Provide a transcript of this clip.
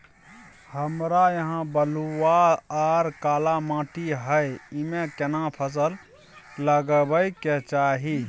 हमरा यहाँ बलूआ आर काला माटी हय ईमे केना फसल लगबै के चाही?